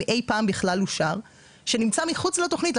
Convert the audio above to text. אם אי פעם בכלל אושר שנמצא מחוץ לתוכנית.